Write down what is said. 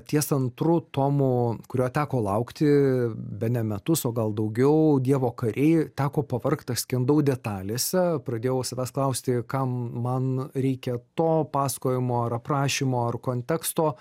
ties antru tomu kurio teko laukti bene metus o gal daugiau dievo kariai teko pavargt aš skendau detalėse pradėjau savęs klausti kam man reikia to pasakojimo ar aprašymo ar konteksto